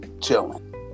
chilling